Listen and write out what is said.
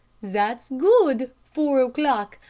zat's good four o'clock.